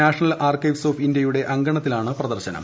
national archives of ഇന്ത്യയുടെ അങ്കണത്തിലാണ് പ്രദർശനം